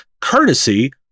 courtesy